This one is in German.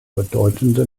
bedeutende